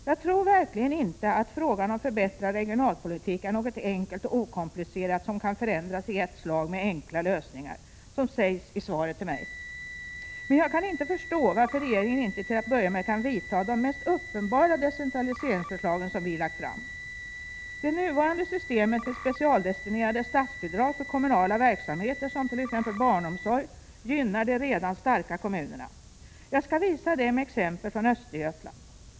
Jag tror verkligen inte att frågan om förbättrad regionalpolitik är något enkelt och okomplicerat som kan förändras i ett slag med enkla lösningar — som sägs i svaret till mig. Men jag kan inte förstå varför regeringen inte till att börja med kan gå med på de mest uppenbara av de decentraliseringsförslag som vi lagt fram. Det nuvarande systemet med specialdestinerade statsbidrag för kommunala verksamheter, t.ex. barnomsorg, gynnar de redan starka kommunerna. Jag skall visa detta med exempel från Östergötland.